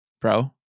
bro